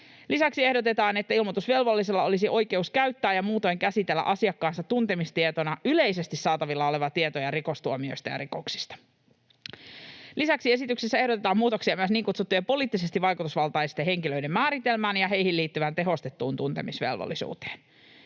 Lisäksi ehdotetaan, että ilmoitusvelvollisella olisi oikeus käyttää ja muutoin käsitellä asiakkaansa tuntemistietona yleisesti saatavilla olevia tietoja rikostuomioista ja rikoksista. Lisäksi esityksessä ehdotetaan muutoksia myös niin kutsuttujen poliittisesti vaikutusvaltaisten henkilöiden määritelmään ja heihin liittyvään tehostettuun tuntemisvelvollisuuteen.